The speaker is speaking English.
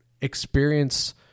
experience